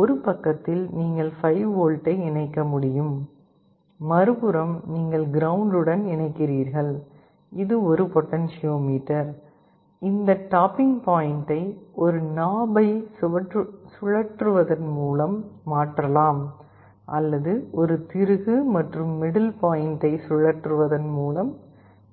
ஒரு பக்கத்தில் நீங்கள் 5V ஐ இணைக்க முடியும் மறுபுறம் நீங்கள் கிரவுண்ட் உடன் இணைக்கிறீர்கள் இது ஒரு பொட்டென்சியோமீட்டர் இந்த டாப்பிங் பாயின்ட்டை ஒரு நாபை சுழற்றுவதன் மூலம் மாற்றலாம் அல்லது ஒரு திருகு மற்றும் மிடில் பாயின்ட்டை சுழற்றுவதன் மூலம்